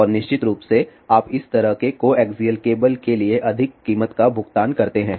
और निश्चित रूप से आप इस तरह के कोएक्सिअल केबल के लिए अधिक कीमत का भुगतान करते हैं